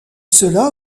cela